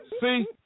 see